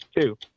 Two